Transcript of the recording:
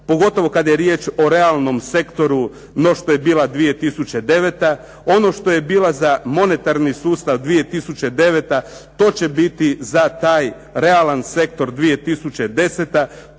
pogotovo kada je riječ o realnom sektoru no što je bila 2009. Ono što je bila za monetarni sustav 2009., to će biti za taj realan sektor 2010.